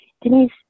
Denise